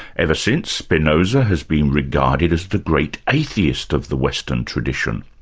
ever since, spinoza has been regarded as the great atheist of the western tradition.